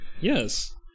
Yes